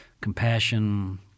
compassion